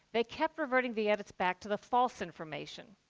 they kept reverting the edits back to the false information.